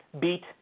beat